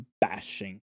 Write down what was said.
bashing